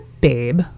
babe